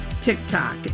TikTok